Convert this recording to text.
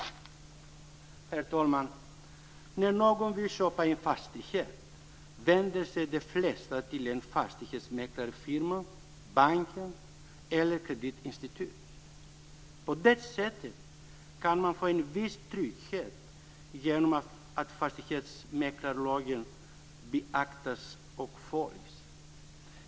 När någon vill köpa en fastighet vänder sig de flesta till en fastighetsmäklarfirma, en bank eller ett kreditinstitut. På det sättet kan man få en viss trygghet genom att fastighetsmäklarlagen beaktas och följs.